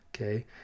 okay